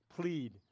plead